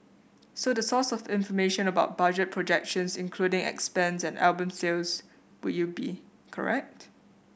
so the source of information about budget projections including expense and album sales would you be correct